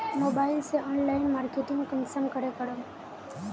Mobile से online marketing कुंसम के करूम?